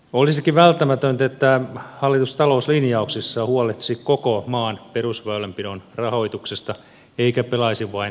olisikin välttämätöntä että hallitus talouslinjauksissaan huolehtisi koko maan perusväylänpidon rahoituksesta eikä pelaisi vain viestinnällisellä kikkailulla